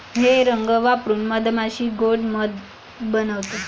हे रंग वापरून मधमाशी गोड़ मध बनवते